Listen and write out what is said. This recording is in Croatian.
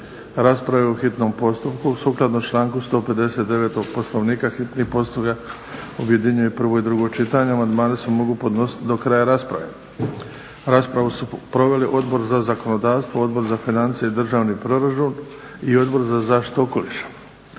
rasprave po hitnom postupku sukladno članku 159. Poslovnika, hitni postupak, objedinjuje prvo i drugo čitanje. Amandmani se mogu podnositi do kraja rasprave. Raspravu su proveli Odbor za zakonodavstvo, Odbor za financije i državni proračun i Odbor za zaštitu okoliša.